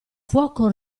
fuoco